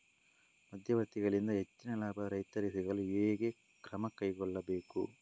ಮಧ್ಯವರ್ತಿಗಳಿಂದ ಹೆಚ್ಚಿನ ಲಾಭ ರೈತರಿಗೆ ಸಿಗಲು ಹೇಗೆ ಕ್ರಮ ಕೈಗೊಳ್ಳಬೇಕು?